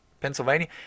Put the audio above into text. Pennsylvania